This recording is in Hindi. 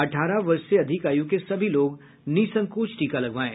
अठारह वर्ष से अधिक आयु के सभी लोग निःसंकोच टीका लगवाएं